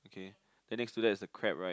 okay then next to that is a crab right